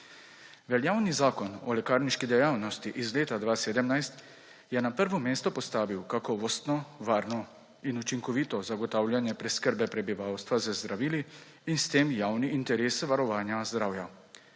Veljavni Zakon o lekarniški dejavnosti iz leta 2017 je na prvo mesto postavil kakovostno, varno in učinkovito zagotavljanje preskrbe prebivalstva z zdravili in s tem javni interes varovanja zdravja.